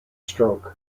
stroke